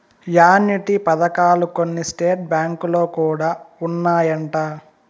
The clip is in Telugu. యాన్యుటీ పథకాలు కొన్ని స్టేట్ బ్యాంకులో కూడా ఉన్నాయంట